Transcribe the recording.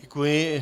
Děkuji.